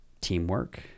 teamwork